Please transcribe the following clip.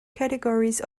categories